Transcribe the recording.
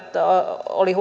oli